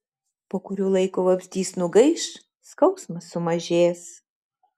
po kurio laiko vabzdys nugaiš skausmas sumažės